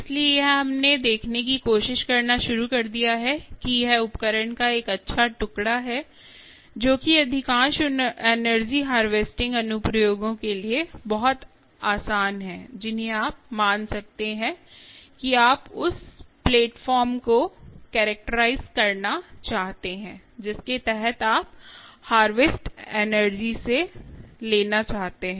इसलिए हमने यह देखने की कोशिश करना शुरू कर दिया है कि यह उपकरण का एक अच्छा टुकड़ा है जो कि अधिकांश एनर्जी हार्वेस्टिंग अनुप्रयोगों के लिए बहुत आसान है जिन्हें आप मान सकते हैं कि आप उस प्लेटफ़ॉर्म को कैरेक्टराइज करना चाहते हैं जिसके तहत आप हार्वेस्ट एनर्जी से लेना चाहते हैं